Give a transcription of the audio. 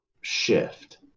shift